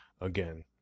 again